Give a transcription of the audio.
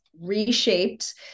reshaped